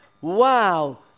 Wow